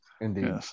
Indeed